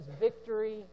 victory